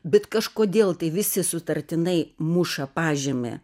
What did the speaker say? bet kažkodėl tai visi sutartinai muša pažymį